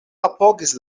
apogis